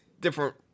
different